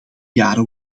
jaren